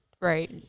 right